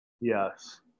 yes